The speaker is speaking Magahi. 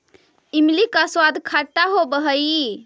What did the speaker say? इमली का स्वाद खट्टा होवअ हई